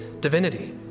divinity